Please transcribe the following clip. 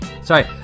sorry